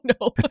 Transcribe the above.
no